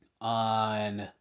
on